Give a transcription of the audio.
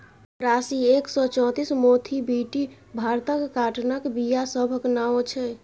राशी एक सय चौंतीस, मोथीबीटी भारतक काँटनक बीया सभक नाओ छै